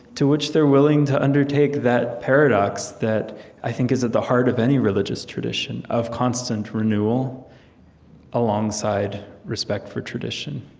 to which they're willing to undertake that paradox that i think is at the heart of any religious tradition of constant renewal alongside respect for tradition.